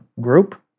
group